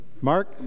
Mark